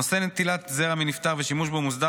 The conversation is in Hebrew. נושא נטילת זרע מנפטר ושימוש בו מוסדר